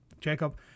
jacob